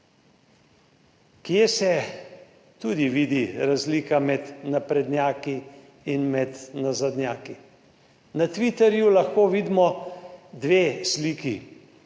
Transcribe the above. Kje se tudi vidi razlika med naprednjaki in med nazadnjaki? Na Twitterju lahko vidimo dve sliki,